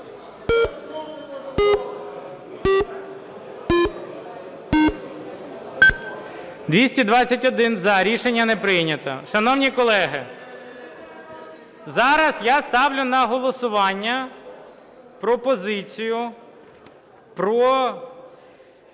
За-221 Рішення не прийнято. Шановні колеги, зараз я ставлю на голосування пропозицію про